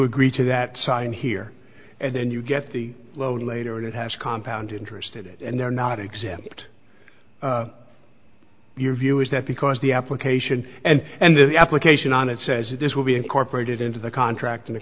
agree to that sign here and then you get the loan later and it has compound interest it and they're not exempt your view is that because the application and and the application on it says this will be incorporated into the contract in the